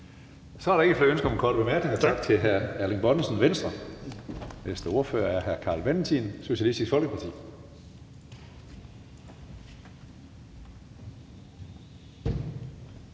Så er der ikke flere ønsker om korte bemærkninger. Tak til hr. Erling Bonnesen, Venstre. Næste ordfører er hr. Carl Valentin, Socialistisk Folkeparti.